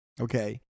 okay